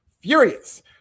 furious